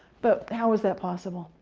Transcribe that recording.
but how was that possible?